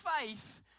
faith